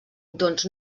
doncs